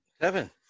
Seven